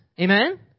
Amen